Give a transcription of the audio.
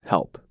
Help